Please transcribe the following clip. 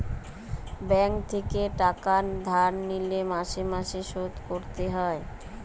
bank থেকে টাকা ধার লিলে মাসে মাসে শোধ করতে হয়